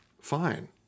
fine